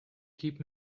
keep